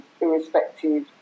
Irrespective